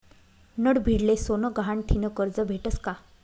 नडभीडले सोनं गहाण ठीन करजं भेटस का?